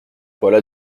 voilà